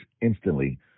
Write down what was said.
instantly